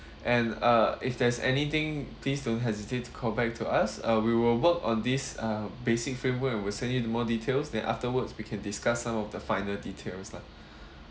and uh if there's anything please don't hesitate to call back to us uh we will work on this uh basic framework and we'll send you more details then afterwards we can discuss some of the finer details lah